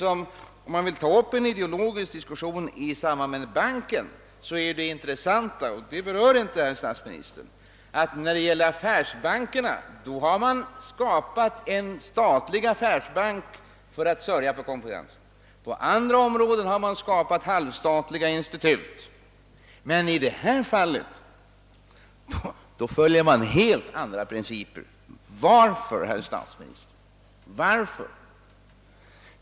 Om man vill ta upp en ideologisk diskussion i samband med banken så är det intressanta — och det berör inte statsministern — att man på affärsbankernas område har skapat en statlig affärsbank för att sörja för konkurrensen, På andra områden har man skapat halvstatliga institut. Men i detta fall följer man helt andra principer. Varför, herr statsminister?